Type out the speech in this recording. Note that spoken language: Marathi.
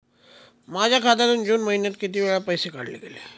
माझ्या खात्यातून जून महिन्यात किती वेळा पैसे काढले गेले?